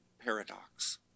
paradox